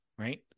Right